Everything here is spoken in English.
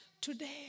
today